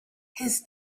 his